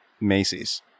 Macy's